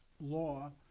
law